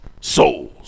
souls